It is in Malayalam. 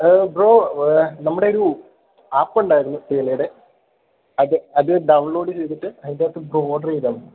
ഈഹ് ബ്രോ നമ്മുടെയൊരു ആപ്പ് ഉണ്ടായിരുന്നു തേയിലയുടെ അത് അത് ഡൗൺലോഡ് ചെയ്തിട്ട് അതിന്റെയകത്ത് ബ്രോ ഓർഡര് ചെയ്താല് മതി